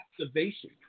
observation